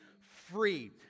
free